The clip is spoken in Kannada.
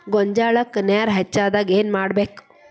ಗೊಂಜಾಳಕ್ಕ ನೇರ ಹೆಚ್ಚಾದಾಗ ಏನ್ ಮಾಡಬೇಕ್?